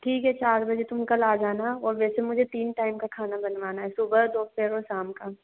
ठीक है चार बजे तुम कल आ जाना और वैसे मुझे तीन टाइम का खाना बनवाना है सुबह दोपहर और शाम का